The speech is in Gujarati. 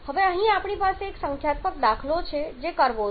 હવે અહીં આપણી પાસે એક સંખ્યાત્મક દાખલો છે જે કરવો છે